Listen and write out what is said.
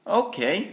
okay